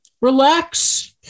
Relax